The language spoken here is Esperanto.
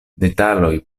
detaloj